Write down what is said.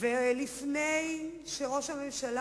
לפני שראש הממשלה,